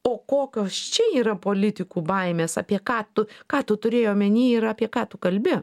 o kokios čia yra politikų baimės apie ką tu ką tu turėjai omeny ir apie ką tu kalbi